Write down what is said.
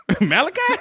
Malachi